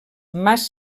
mas